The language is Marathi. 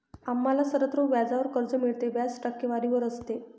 आम्हाला सर्वत्र व्याजावर कर्ज मिळते, व्याज टक्केवारीवर असते